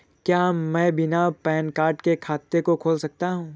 क्या मैं बिना पैन कार्ड के खाते को खोल सकता हूँ?